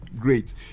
Great